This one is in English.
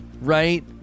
right